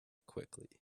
quickly